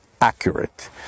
accurate